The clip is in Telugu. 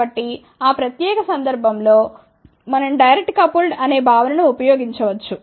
కాబట్టి ఆ ప్రత్యేక సందర్భం లో మనం డైరెక్ట్ కపుల్డ్ అనే భావనను ఉపయోగించవచ్చు